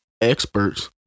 experts